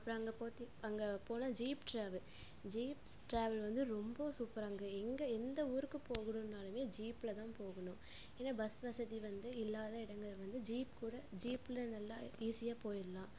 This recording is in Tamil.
அப்புறோம் அங்கே போத்தி அங்கே போனால் ஜீப் ட்ராவல் ஜீப்ஸ் ட்ராவல் வந்து ரொம்பவும் சூப்பர் அங்கே எங்கள் எந்த ஊருக்கு போகணும்னாலுமே ஜீப்ல தான் போகணும் ஏன்னா பஸ் வசதி வந்து இல்லாத இடங்கள்ல வந்து ஜீப் ஜீப்பில் நல்லா ஈசியாக போயிடலாம்